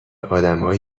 آدمایی